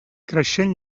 creixent